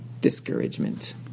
discouragement